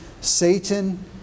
Satan